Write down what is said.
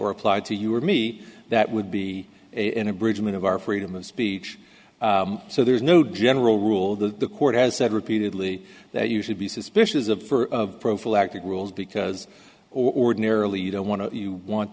were applied to you or me that would be an abridgment of our freedom of speech so there is no general rule that the court has said repeatedly that you should be suspicious of for of prophylactic rules because ordinarily you don't want to you want